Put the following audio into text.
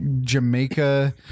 Jamaica